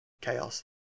chaos